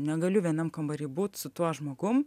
negaliu vienam kambary būt su tuo žmogum